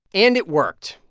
and it worked.